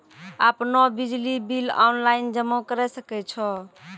आपनौ बिजली bill online जमा करै सकै छौ?